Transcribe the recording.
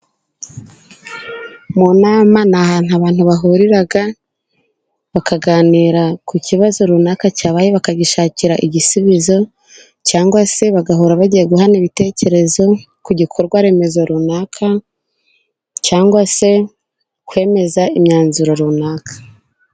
Mu nama ni ahantu abantu bahurira bakaganira ku kibazo runaka cyabaye, bakagishakira igisubizo, cyangwa se bagahura bagiye guhana ibitekerezo ku gikorwa remezo runaka, cyangwa se kwemeza imyanzuro runaka.